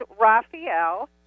Raphael